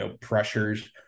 pressures –